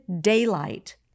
daylight